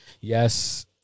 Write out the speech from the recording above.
Yes